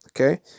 okay